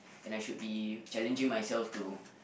and I should be challenging myself to